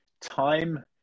time